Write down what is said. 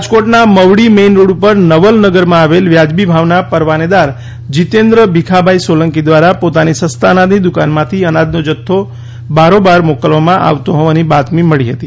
રાજકોટના Mavdi main road ઉપર નવલનગરમાં આવેલ વ્યાજબી ભાવના પરવાનેદાર જીતેન્દ્ર ભીખાભાઇ સોલંકી દ્વારા પોતાની સસ્તા અનાજની દુકાનમાંથી અનાજનો જથ્થો બારોબર મોકલવામાં આવતો હોવાની બાતમી મળી હતી